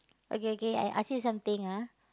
okay okay okay I asked you something ah